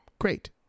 great